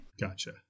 gotcha